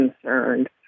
concerned